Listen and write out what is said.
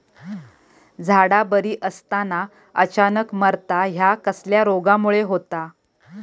झाडा बरी असताना अचानक मरता हया कसल्या रोगामुळे होता?